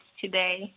today